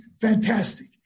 Fantastic